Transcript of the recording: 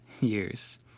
years